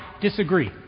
disagree